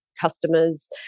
customers